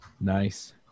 Nice